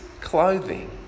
clothing